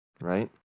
right